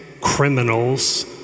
criminals